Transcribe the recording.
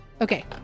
Okay